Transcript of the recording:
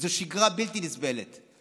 זו שגרה בלתי נסבלת.